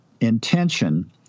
intention